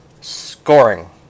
Scoring